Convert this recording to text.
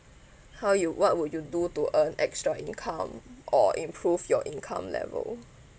how you what would you do to earn extra income or improve your income level